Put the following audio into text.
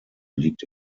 liegt